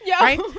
right